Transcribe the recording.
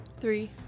Three